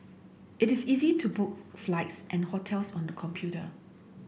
it is easy to book flights and hotels on the computer